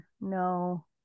no